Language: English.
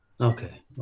Okay